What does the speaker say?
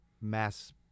mass